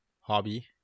hobby